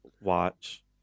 watch